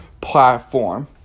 platform